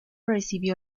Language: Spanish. recibió